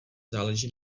záleží